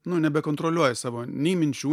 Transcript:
nu nebekontroliuoji savo nei minčių